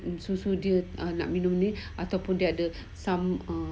susu dia nak minum ni ataupun dia ada some ah